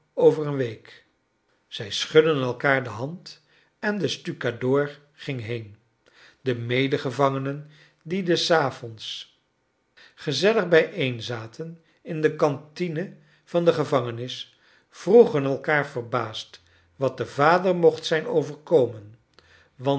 over een week zij schudden elkaar de hand en de stukadoor ging been de medegevangenen die des avonds gezellig bijeenzaten in de cantinc van de gevangenis vroegen elkaar verbaascl wat den vader mocht zijn overkomen want